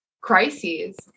crises